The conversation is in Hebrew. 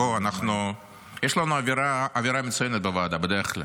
בוא, יש לנו אווירה מצוינת בוועדה בדרך כלל.